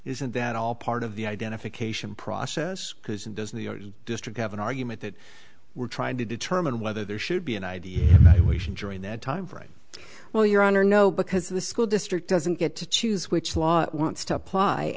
isn't that all part of the identification process because it does in the district have an argument that we're trying to determine whether there should be an idea that we should during that time frame well your honor no because the school district doesn't get to choose which law wants to apply